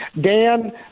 Dan